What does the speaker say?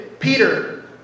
Peter